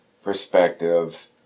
perspective